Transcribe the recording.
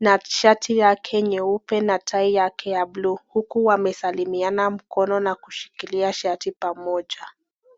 na shati yake nyeupe na tai yake ya blue .huku wamesalimiana mkono na kushikilia shati pamoja .